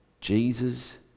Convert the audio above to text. Jesus